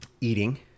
eating